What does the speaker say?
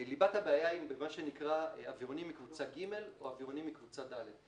ליבת הבעיה היא אווירונים מקבוצה ג' או אווירונים מקבוצה ד'.